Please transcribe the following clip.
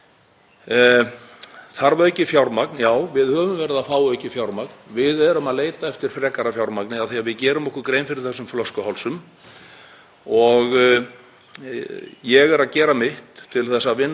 og ég er að gera mitt til þess að vinna það traust sem til þarf á þetta mikilvæga kerfi okkar. Það er reyndar mikið traust til lögreglunnar og það er mikið traust til kerfisins samkvæmt öllum mælingum en við þurfum að gera miklu betur.